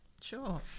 Sure